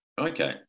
Okay